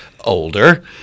older